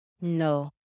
No